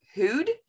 Hood